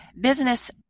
business